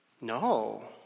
No